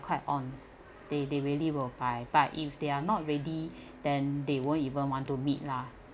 quite ons they they really will buy if they are not ready then they won't even want to meet lah